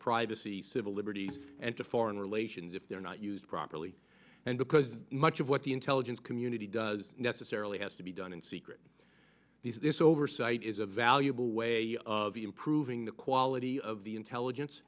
privacy civil liberties and to foreign relations if they're not used properly and because much of what the intelligence community does necessarily has to be done in secret these this oversight is a valuable way of improving the quality of the intelligence